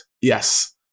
yes